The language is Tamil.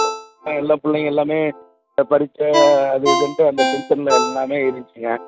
ஸோ எல்லாப் பிள்ளைங்க எல்லாமே இப்போ பரிட்ச்ச அது இதுன்ட்டு அந்த டென்சனில் எல்லாமே இருந்துச்சிங்க